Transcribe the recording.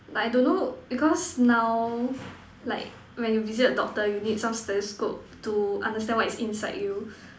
like I don't know because now like when you visit the doctor you need some stethoscope to understand what is inside you